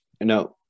No